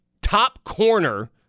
top-corner